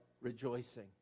rejoicing